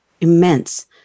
immense